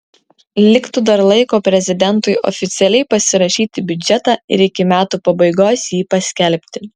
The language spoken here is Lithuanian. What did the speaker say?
liktų dar laiko prezidentui oficialiai pasirašyti biudžetą ir iki metų pabaigos jį paskelbti